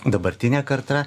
dabartinė karta